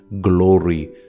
glory